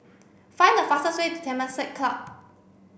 find the fastest way to Temasek Club